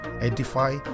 edify